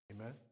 Amen